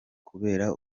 kubera